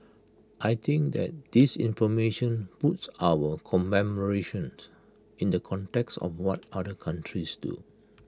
I think that this information puts our commemorations in the context of what other countries do